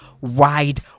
wide